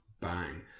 bang